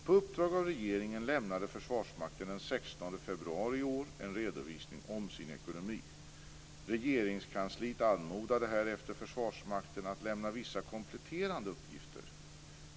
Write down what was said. På uppdrag av regeringen lämnade Försvarsmakten den 16 februari i år en redovisning om sin ekonomi. Regeringskansliet anmodade härefter Försvarsmakten att lämna vissa kompletterande uppgifter.